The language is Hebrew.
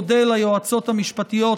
אודה ליועצות המשפטיות,